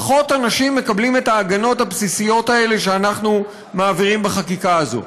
פחות אנשים מקבלים את ההגנות הבסיסיות האלה שאנחנו מעבירים בחקיקה הזאת.